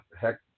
heck